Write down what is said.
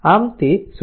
આમ તે 0